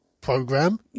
program